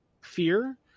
fear